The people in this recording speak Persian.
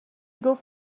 گفت